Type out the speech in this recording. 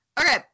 Okay